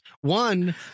one